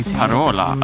parola